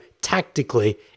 tactically